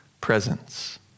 presence